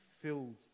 filled